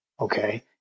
Okay